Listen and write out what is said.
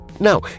Now